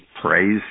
praise